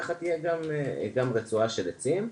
ככה תהיה גם רצועה של עצים.